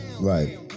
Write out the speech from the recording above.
Right